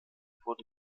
wurden